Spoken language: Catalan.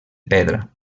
pedra